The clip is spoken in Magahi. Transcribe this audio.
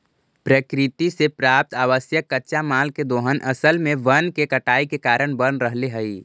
प्रकृति से प्राप्त आवश्यक कच्चा माल के दोहन असल में वन के कटाई के कारण बन रहले हई